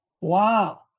Wow